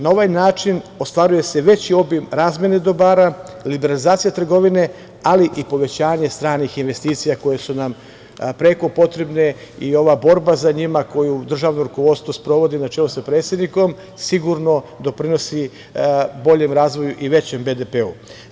Na ovaj način ostvaruje se veći obim razmene dobara, liberalizacija trgovine, ali i povećanje stranih investicija koje su nam prekopotrebne i ova borba za njima koju državno rukovodstvo sprovodi, na čelu sa predsednikom, sigurno doprinosi boljem razvoju i većem BDP-u.